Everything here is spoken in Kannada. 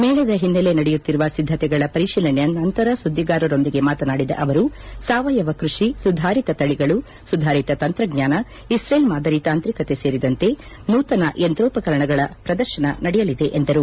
ಮೇಳದ ಹಿನ್ನೆಲೆ ನಡೆಯುತ್ತಿರುವ ಸಿದ್ದತೆಗಳ ಪರಿಶೀಲನೆ ನಂತರ ಸುದ್ದಿಗಾರರೊಂದಿಗೆ ಮಾತನಾಡಿದ ಅವರು ಸಾವಯವ ಕೃಷಿ ಸುಧಾರಿತ ತಳಿಗಳು ಸುಧಾರಿತ ತಂತ್ರಜ್ಙಾನ ಇಸ್ರೇಲ್ ಮಾದರಿ ತಾಂತ್ರಿಕತೆ ಸೇರಿದಂತೆ ನೂತನ ಯಂತ್ರೋಪಕರಣಗಳ ಪ್ರದರ್ಶನ ನಡೆಯಲಿದೆ ಎಂದರು